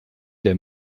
der